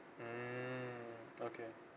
mmhmm okay